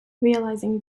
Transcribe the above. realising